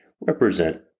represent